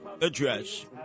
address